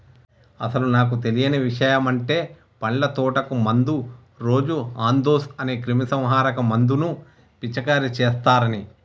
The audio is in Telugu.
అసలు నాకు తెలియని ఇషయమంటే పండ్ల తోటకు మందు రోజు అందేస్ అనే క్రిమీసంహారక మందును పిచికారీ చేస్తారని